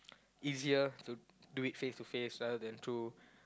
easier to do it face to face rather than through